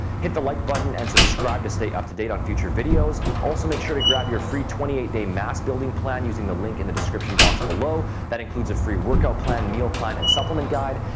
hit the like button and subscribe to stay up-to-date on future videos. also make sure to grab your free twenty eight day mass building plan, using the link in the description box below. that includes a free workout plan, meal plan and supplement guide.